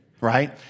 right